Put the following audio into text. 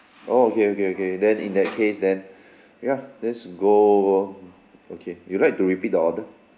oh okay okay okay then in that case then ya let's go okay you like to repeat the order